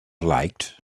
light